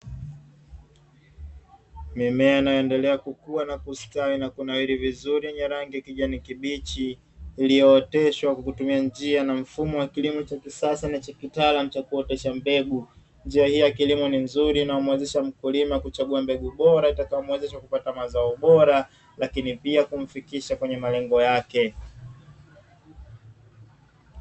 Mimea inayoendelea kukua na kustawi na kunawiri vizuri yenye rangi ya kijani kibichi, iliyooteshwa kwa kutumia njia na mfumo wa kilimo cha kisasa na cha kitaalam cha kuotesha mbegu, njia hii ya kilimo ni nzuri na inayomwezesha mkulima kuchagua mbegu bora itakayomwezesha kupata mazao bora lakini pia kumfikisha kwenye malengo yake.